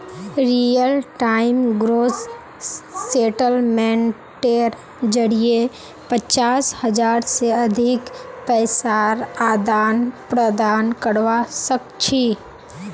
real time gross सेटलमेंटेर जरिये पचास हज़ार से अधिक पैसार आदान प्रदान करवा सक छी